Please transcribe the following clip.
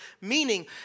Meaning